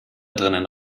drinnen